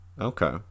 Okay